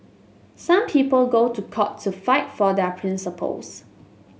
some people go to court to fight for their principles